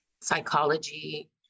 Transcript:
psychology